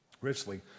richly